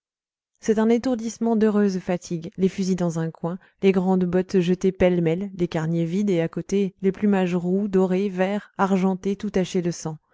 c'est un étourdissement d'heureuse fatigue les fusils dans un coin les grandes bottes jetées pêle-mêle les carniers vides et à côté les plumages roux dorés verts argentés tout tachés de sang